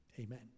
Amen